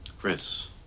Chris